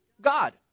God